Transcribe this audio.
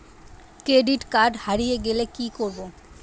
Credit card হারিয়ে গেলে কি করব?